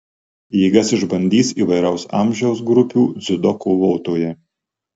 jėgas išbandys įvairaus amžiaus grupių dziudo kovotojai